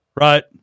right